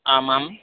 आम् आम्